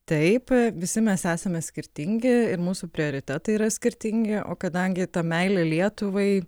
taip visi mes esame skirtingi ir mūsų prioritetai yra skirtingi o kadangi ta meilė lietuvai